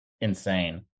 insane